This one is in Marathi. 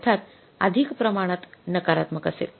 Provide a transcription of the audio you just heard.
अर्थात अधिक प्रमाणात नकारात्मक असेल